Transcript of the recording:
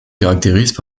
caractérisent